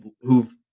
who've